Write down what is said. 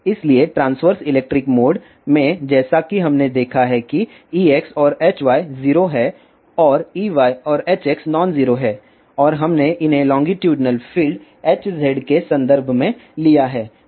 इसलिए transverse electric mode में जैसा कि हमने देखा है कि Ex और Hy 0 हैं और Ey और Hx नॉन जीरो हैं और हमने इन्हें लोंगीटूडिनल फील्ड Hz के संदर्भ में लिया है